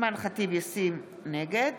נגד